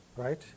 Right